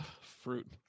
fruit